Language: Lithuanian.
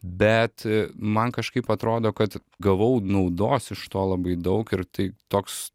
bet man kažkaip atrodo kad gavau naudos iš to labai daug ir tai toks